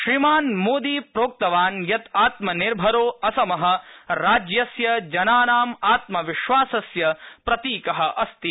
श्रीमान् मोदी प्रोक्तवान् यत् आत्मनिर्भरो असम राज्यस्य जनानां आत्मविश्वासस्य प्रतीक अस्ति